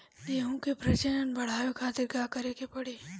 गेहूं के प्रजनन बढ़ावे खातिर का करे के पड़ी?